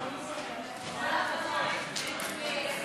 לצמצום השימוש בשקיות נשיאה חד-פעמיות,